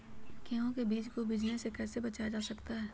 गेंहू के बीज को बिझने से कैसे बचाया जा सकता है?